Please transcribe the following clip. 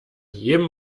jedem